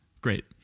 Great